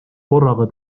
korraga